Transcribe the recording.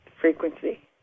frequency